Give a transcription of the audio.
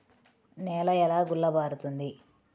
నేల ఎలా గుల్లబారుతుంది?